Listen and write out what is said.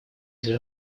для